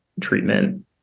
treatment